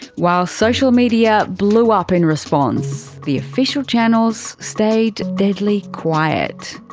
while social media blew up in response the official channels stayed deadly quiet.